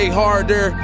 harder